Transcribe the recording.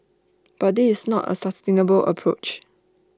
but this is not A sustainable approach